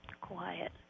Quiet